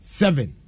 seven